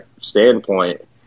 standpoint